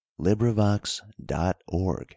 LibriVox.org